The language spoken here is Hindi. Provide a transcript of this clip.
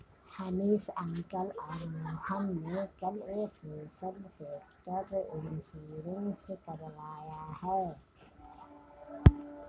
हनीश अंकल और मोहन ने कल सोशल सेक्टर इंश्योरेंस करवाया है